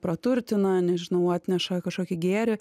praturtina nežinau atneša kažkokį gėrį